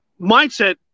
mindset